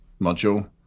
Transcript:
module